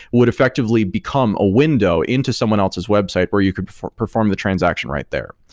would effectively become a window into someone else's website where you could perform the transaction right there.